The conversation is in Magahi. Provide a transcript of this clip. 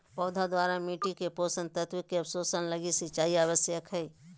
पौधा द्वारा मिट्टी से पोषक तत्व के अवशोषण लगी सिंचाई आवश्यक हइ